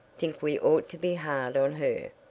think we ought to be hard on her.